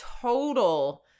total